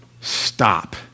Stop